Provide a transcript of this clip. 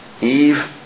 Eve